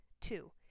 Two